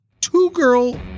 two-girl